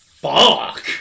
Fuck